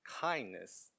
kindness